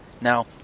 Now